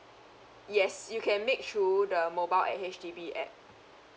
yes you can make through the mobile at H_D_B app